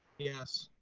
yes.